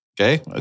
Okay